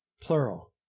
plural